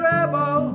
Rebel